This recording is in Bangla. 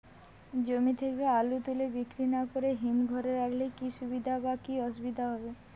জমি থেকে আলু তুলে বিক্রি না করে হিমঘরে রাখলে কী সুবিধা বা কী অসুবিধা হবে?